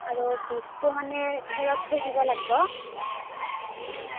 আৰু বীজটো মানে খেৰত থৈ দিব লাগিব